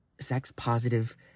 sex-positive